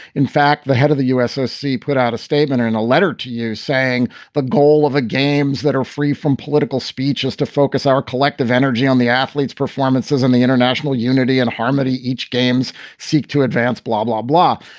in fact, the head of the u s. and si put out a statement in a letter to you saying the goal of a games that are free from political speech is to focus our collective energy on the athletes performances and the international unity and harmony each games seek to advance, blah, blah, blah.